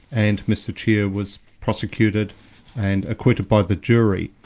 and mr chea was prosecuted and acquitted by the jury.